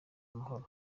amahoro